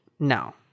No